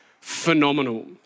phenomenal